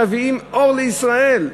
מביאים אור לישראל.